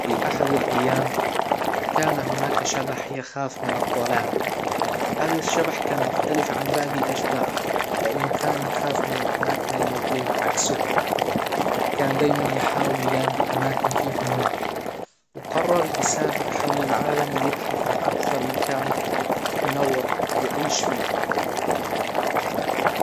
في احد الايام كان هناك شبح يخاف من الظلام، هذا الشبح كان مختلف عن باجي الاشباح، لانه كان يخاف من الاماكن المظلمة عكسهم، كان دايما يحاول يلاقي اماكن فيها نور، وقرر يسافر حول العالم ويبحث عن اكثر مكان منور يعيش فيه.